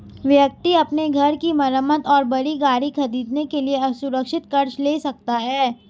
व्यक्ति अपने घर की मरम्मत और बड़ी गाड़ी खरीदने के लिए असुरक्षित कर्ज ले सकता है